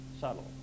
subtle